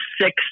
six